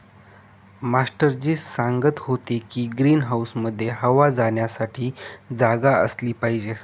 master ji सांगत होते की ग्रीन हाऊसमध्ये हवा जाण्यासाठी जागा असली पाहिजे